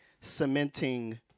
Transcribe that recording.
cementing